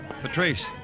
Patrice